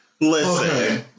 Listen